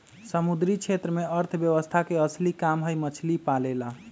समुद्री क्षेत्र में अर्थव्यवस्था के असली काम हई मछली पालेला